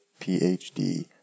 PhD